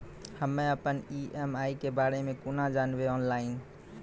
हम्मे अपन ई.एम.आई के बारे मे कूना जानबै, ऑनलाइन?